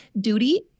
duty